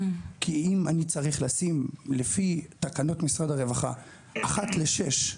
כי אם אני צריך לשים לפי תקנות משרד הרווחה אחת לשש,